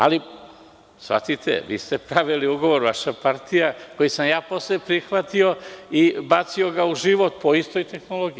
Ali, shvatite, vi ste pravili ugovor, vaša partija, koji sam ja posle prihvatio i bacio ga u život po istoj tehnologiji.